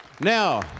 Now